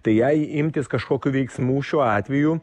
tai jai imtis kažkokių veiksmų šiuo atveju